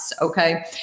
okay